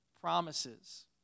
promises